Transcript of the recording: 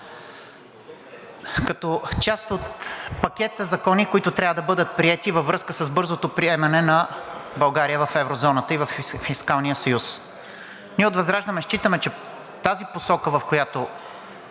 като част от пакета закони, които трябва да бъдат приети във връзка с бързото приемане на България в еврозоната и във фискалния съюз. Ние от ВЪЗРАЖДАНЕ считаме, че тази посока, в която